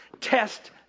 Test